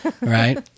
right